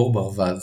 עור ברווז,